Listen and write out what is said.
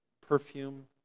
Perfume